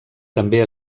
també